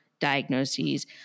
diagnoses